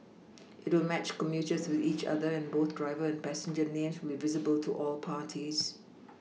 it will match commuters with each other and both driver and passenger names will be visible to all parties